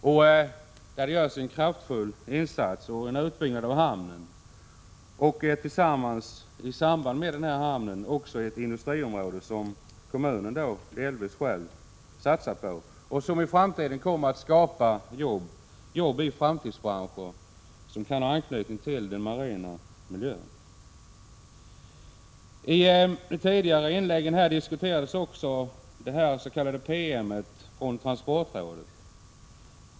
Där tänker man sig en kraftfull insats och en utbyggnad av hamnen, och i samband med detta skall också ett industriområde byggas, som kommunen själv delvis satsar på och som i framtiden kommer att skapa jobbi framtidsbranscher som har anknytning till den marina miljön. I tidigare anföranden har också diskuterats en PM från transportrådet.